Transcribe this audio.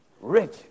Rich